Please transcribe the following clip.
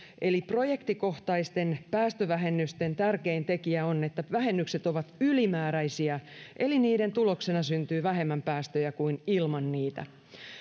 eli projektikohtaisten päästövähennysten tärkein tekijä on että vähennykset ovat ylimääräisiä eli että niiden tuloksena syntyy vähemmän päästöjä kuin ilman niitä